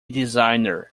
designer